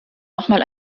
nochmal